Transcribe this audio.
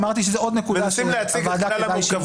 אמרתי שזו עוד נקודה שכדאי שתהיה בפני הוועדה.